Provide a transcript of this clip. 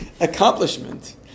accomplishment